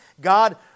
God